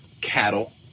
cattle